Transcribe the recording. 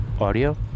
audio